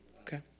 Okay